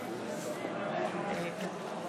באמת מרגש.